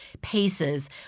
paces